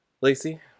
Lacey